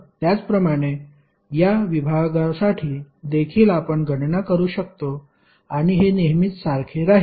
त्याचप्रमाणे या विभागासाठी देखील आपण गणना करू शकतो आणि हे नेहमीच सारखे राहील